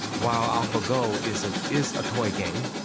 while alphago is a, is a toy game,